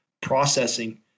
processing